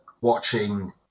watching